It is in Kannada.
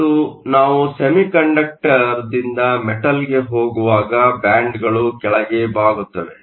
ಮತ್ತು ನಾವು ಸೆಮಿಕಂಡಕ್ಟರ್ದಿಂದ ಮೆಟಲ್ಗೆ ಹೋಗುವಾಗ ಬ್ಯಾಂಡ್ಗಳು ಕೆಳಗೆ ಬಾಗುತ್ತವೆ